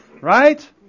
Right